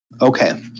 Okay